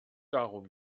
darum